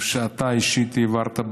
שאתה אישית העברת,